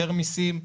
יותר מיסים,